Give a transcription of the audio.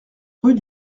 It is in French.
rue